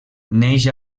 neix